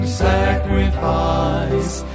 sacrifice